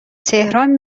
تهران